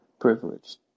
privileged